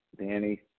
Danny